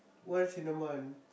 once in a month